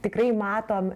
tikrai matom